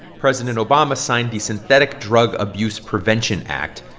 president obama signed the synthetic drug abuse prevention act,